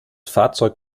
fahrzeug